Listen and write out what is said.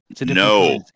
No